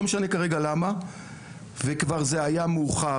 לא משנה כרגע למה וכבר זה היה מאוחר,